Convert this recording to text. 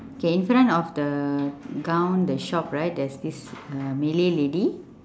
okay in front of the gown the shop right there is this uh malay lady